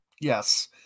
Yes